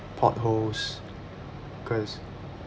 potholes cause